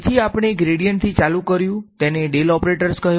તેથી આપણે ગ્રેડીયન્ટ થી ચાલુ કર્યું તેને ડેલ ઓપરેટર્સ કહ્યો